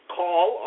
call